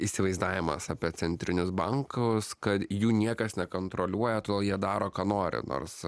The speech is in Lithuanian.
įsivaizdavimas apie centrinius bankus kad jų niekas nekontroliuoja todėl jie daro ką nori nors